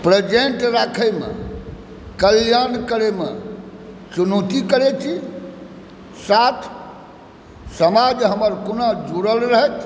present राखैमे कल्याण करैमे चुनौती करै छी साथ समाज हमर कोना जुड़ल रहथि